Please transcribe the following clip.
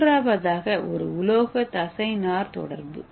மூன்றாவது ஒரு உலோக தசைநார் தொடர்பு